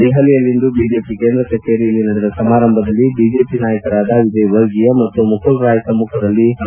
ದೆಹಲಿಯಲ್ಲಿಂದು ಬಿಜೆಪಿ ಕೇಂದ್ರ ಕಚೇರಿಯಲ್ಲಿ ನಡೆದ ಸಮಾರಂಭದಲ್ಲಿ ಬಿಜೆಪಿ ನಾಯಕರಾದ ವಿಜಯ್ ವರ್ಗೀಯ ಮತ್ತು ಮುಖುಲ್ರಾಯ್ ಸಮ್ನುಖದಲ್ಲಿ ಹಜಾರ ಬಿಜೆಪಿ ಸೇರಿದರು